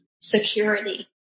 security